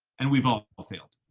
and we've all all failed.